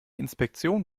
inspektion